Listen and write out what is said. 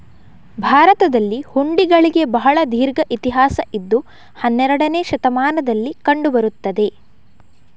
ಭಾರತದಲ್ಲಿ ಹುಂಡಿಗಳಿಗೆ ಬಹಳ ದೀರ್ಘ ಇತಿಹಾಸ ಇದ್ದು ಹನ್ನೆರಡನೇ ಶತಮಾನದಲ್ಲಿ ಕಂಡು ಬರುತ್ತದೆ